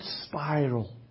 spiral